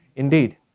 indeed,